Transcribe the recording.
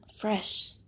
fresh